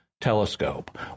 telescope